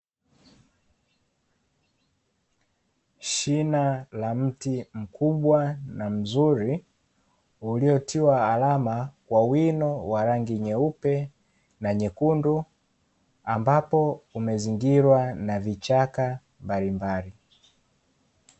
Shina la mti mkubwa na mzuri, uliotiwa alama kwa wino wa rangi nyeupe na nyekundu ambapo umezingirwa na vichaka mbalimbali.